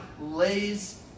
lays